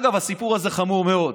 הסיפור הזה חמור מאוד,